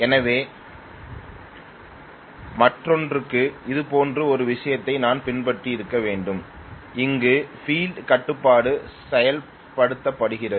ஆகவே மற்றொன்றுக்கு இதேபோன்ற ஒரு விஷயத்தை நான் பின்பற்றியிருக்க வேண்டும் அங்கு பீல்டு கட்டுப்பாடு செயல்படுத்தப்படுகிறது